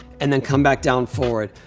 and then come back down forward.